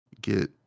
get